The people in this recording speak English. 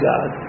God